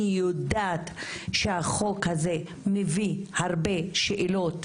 אני יודעת שהחוק הזה מביא הרבה שאלות,